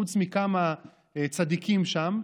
חוץ מכמה צדיקים שם,